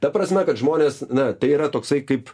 ta prasme kad žmonės na tai yra toksai kaip